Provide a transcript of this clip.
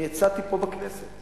הצעתי פה בכנסת